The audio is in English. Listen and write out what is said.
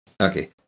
Okay